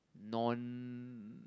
non